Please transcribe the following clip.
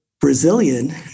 Brazilian